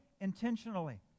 intentionally